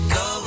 go